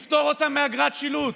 לפטור אותם מאגרת שילוט.